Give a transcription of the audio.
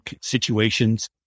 situations